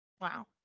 Wow